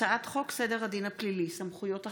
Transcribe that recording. הצעת חוק סדר הדין הפלילי (סמכויות אכיפה,